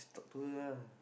talk to her lah